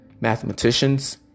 Mathematicians